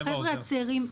הטבע עוזר.